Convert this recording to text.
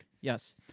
Yes